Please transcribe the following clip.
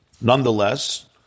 Nonetheless